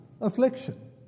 affliction